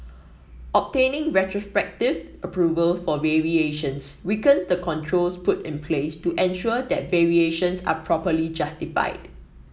obtaining retrospective approvals for variations weaken the controls put in place to ensure that variations are properly justified